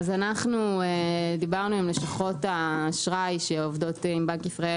אנחנו דיברנו עם לשכות האשראי שעובדות עם בנק ישראל,